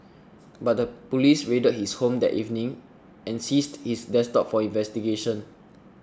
but the police raided his home that evening and seized his desktop for investigation